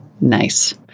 Nice